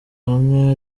hamwe